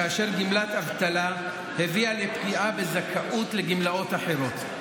כאשר גמלת אבטלה הביאה לפגיעה בזכאות לגמלאות אחרות,